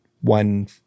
one-